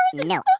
no.